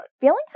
Feeling